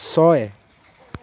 ছয়